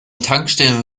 tankstellen